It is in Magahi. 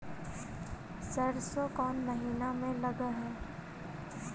सरसों कोन महिना में लग है?